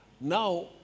now